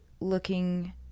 looking